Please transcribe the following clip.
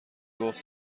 گفت